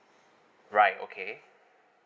right okay